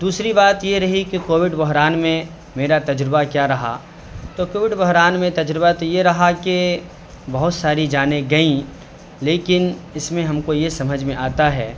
دوسری بات یہ رہی کہ کووڈ بحران میں میرا تجربہ کیا رہا تو کووڈ بحران میں تجربہ تو یہ رہا کہ بہت ساری جانیں گئیں لیکن اس میں ہم کو یہ سمجھ میں آتا ہے